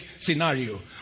scenario